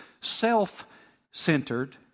self-centered